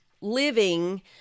living